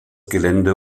gelände